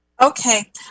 Okay